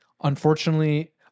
unfortunately